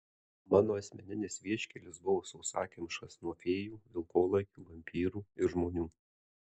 mano asmeninis vieškelis buvo sausakimšas nuo fėjų vilkolakių vampyrų ir žmonių